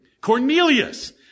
Cornelius